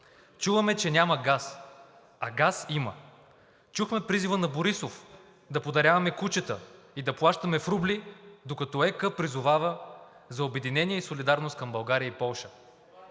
Чуваме, че няма газ, а газ има. Чухме призива на Борисов да подаряваме кучета и плащаме в рубли, докато ЕК призовава за обединение и солидарност към България и Полша.